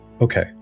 okay